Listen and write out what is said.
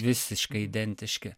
visiškai identiški